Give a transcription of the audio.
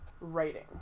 writing